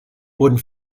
wurden